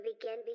begin